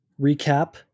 recap